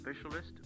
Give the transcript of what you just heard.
specialist